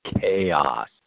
chaos